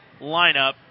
lineup